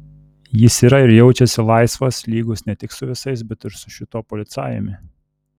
jis yra ir jaučiasi laisvas lygus ne tik su visais bet ir su šiuo policajumi